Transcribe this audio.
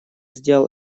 сделал